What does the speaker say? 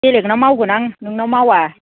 बेलेगनाव मावगोन आं नोंनाव मावा